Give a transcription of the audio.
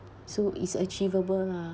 so is achievable lah